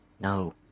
No